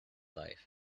life